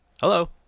Hello